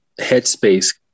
headspace